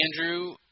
Andrew